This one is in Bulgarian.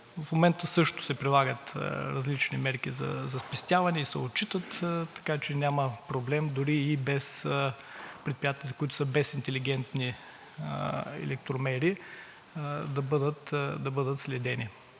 В момента също се прилагат различни мерки за спестяване и се отчитат, така че няма проблем предприятията, които са без интелигентни електромери, да бъдат следени.